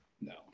No